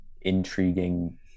intriguing